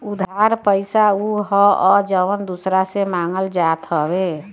उधार पईसा उ होत हअ जवन की दूसरा से मांगल जात हवे